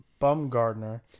Bumgardner